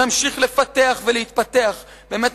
נמשיך לפתח ולהתפתח" באמת,